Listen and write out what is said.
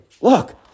look